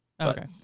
Okay